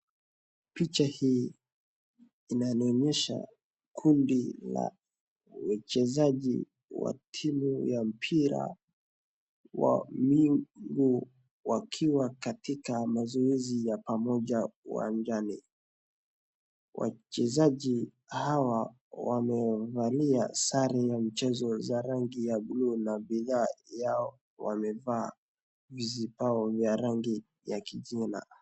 Picha hii inanionyesha kundi la wachezaji wa timu ya mpira wa miguu wakiwa katika mazoezi ya pamoja uwanjani. Wachezaji hawa wamevalia sare ya mchezo za rangi ya buluu na bidhaa yao wamevaa vizibao za rangi ya kichina.